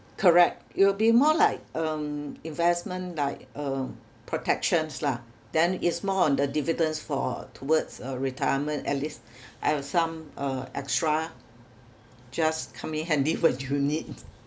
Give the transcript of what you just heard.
correct it will be more like um investment like um protections lah then it's more on the dividends for towards uh retirement at least I have some uh extra just come in handy when you need